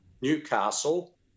Newcastle